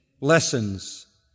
lessons